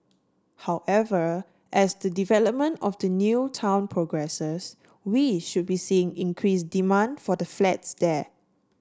however as the development of the new town progresses we should be seeing increased demand for the flats there